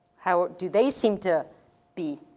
how do they seem to be